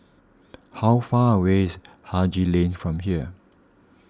how far away is Haji Lane from here